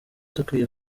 dukwiye